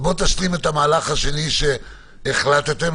בוא תשלים את המהלך השני שעליו החלטתם,